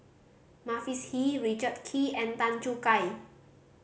Mavis Hee Richard Kee and Tan Choo Kai